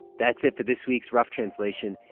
that's it for this week's rough translation.